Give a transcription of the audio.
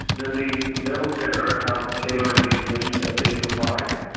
then they know better how to tailor the information that they provide.